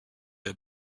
der